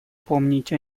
помнить